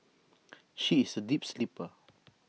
she is A deep sleeper